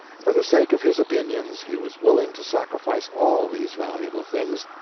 for the sake of his opinions he was willing to sacrifice all these valuable things,